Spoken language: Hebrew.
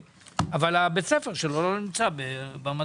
אבל בית הספר שלו לא נמצא במדד.